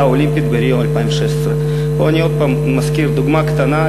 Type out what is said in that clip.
האולימפית בריו 2016. פה אני עוד פעם מזכיר דוגמה קטנה,